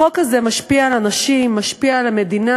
החוק הזה משפיע על אנשים, משפיע על המדינה.